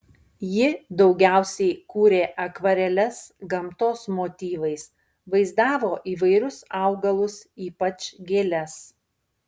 ji daugiausiai kūrė akvareles gamtos motyvais vaizdavo įvairius augalus ypač gėles